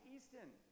Easton